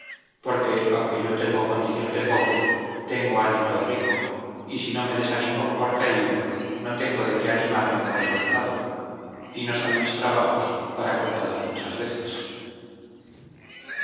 porque aunque yo tengo condición de pobre tengo ánimo de rico y si no me desanimo por caído no tengo de qué animarme por levantado y no son mis trabajos para contados muchas veces